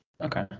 okay